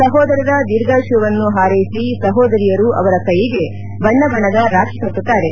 ಸಹೋದರರ ಧೀರ್ಘಾಯುಷ್ಯವನ್ನು ಹಾರ್ವೆಸಿ ಸಹೋದರಿಯರು ಅವರ ಕೈಯಿಗೆ ಬಣ್ಣ ಬಣ್ಣದ ರಾಖಿ ಕಟ್ಟುತ್ತಾರೆ